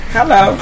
Hello